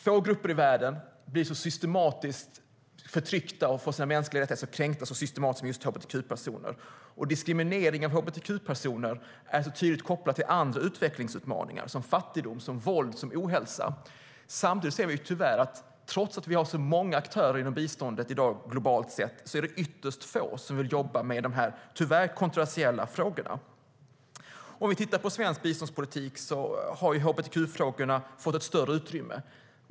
Få grupper i världen blir så systematiskt förtryckta och får sina mänskliga rättigheter kränkta så systematiskt som hbtq-personer. Diskrimineringen av hbtq-personer är tydligt kopplad till andra utvecklingsutmaningar, som fattigdom, våld och ohälsa. Samtidigt ser vi att det, trots att vi har så många aktörer inom biståndet i dag globalt sett, är ytterst få som vill jobba med dessa tyvärr kontroversiella frågor. Om vi tittar på svensk biståndspolitik ser vi att hbtq-frågorna har fått ett större utrymme.